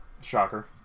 Shocker